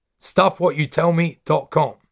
stuffwhatyoutellme.com